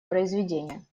произведения